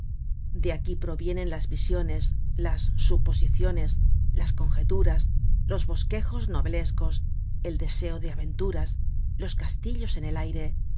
de aquí provienen las visiones las suposiciones las conjeturas los bosquejos novelescos el deseo de aventuras los castillos en el aire